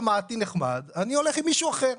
שמעתי וזה נחמד אבל אני הולך עם מישהו אחר.